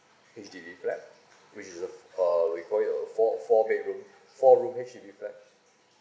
H_D_B flat which is uh uh we call it a four four bedroom four room H_D_B flat